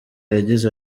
yagize